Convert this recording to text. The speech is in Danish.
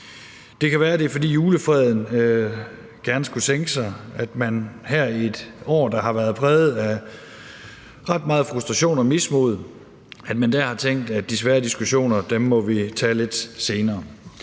Det kan være, at det er, fordi julefreden gerne skulle sænke sig, at man her i et år, der har været præget af ret meget frustration og mismod, har tænkt, at vi må tage de svære diskussioner lidt senere.